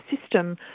system